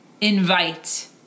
Invite